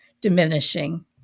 diminishing